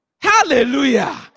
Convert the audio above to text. Hallelujah